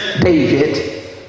David